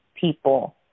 people